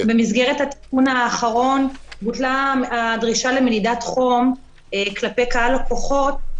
במסגרת התיקון האחרון בוטלה הדרישה למדידת חום כלפי קהל לקוחות,